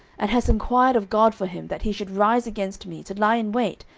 and hast enquired of god for him, that he should rise against me, to lie in wait,